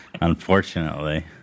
Unfortunately